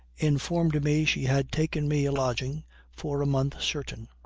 informed me she had taken me a lodging for a month certain.